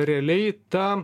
realiai ta